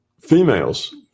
females